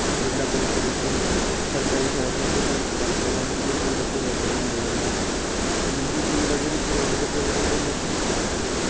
जिल्हा परिषदेचे सरकारी शाळेत ह्या दुर्लक्ष झालं तिला मूलभूत सुविधा पुरवायच्या बंद झाल्या मूलभूत सुविधा जरी पुरवल्या तर त्याच्याकडं कोण लक्ष द्यायला तयार नाही